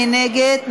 מי נגד?